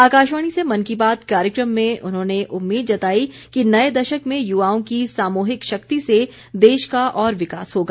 आकाशवाणी से मन की बात कार्यक्रम में उन्होंने उम्मीद जताई कि नए दशक में युवाओं की सामूहिक शक्ति से देश का और विकास होगा